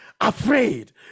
afraid